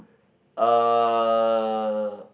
uh